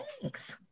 Thanks